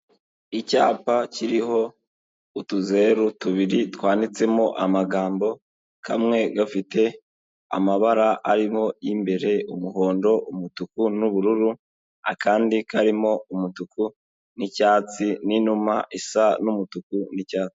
Icyapa kiriho utuzeru tubiri twanditsemo amagambo, kamwe gafite amabara arimo y'imbere umuhondo, umutuku, n'ubururu, akandi karimo umutuku n'icyatsi, n'inuma isa n'umutuku n'icyatsi.